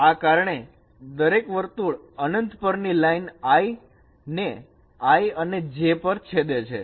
તો આ કારણે દરેક વર્તુળ અનંત પરની લાઇન I ને I અને J પર છેદે છે